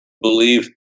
believe